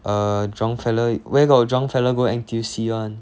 uh drunk fella where got drunk fella go N_T_U_C one